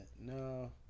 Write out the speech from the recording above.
No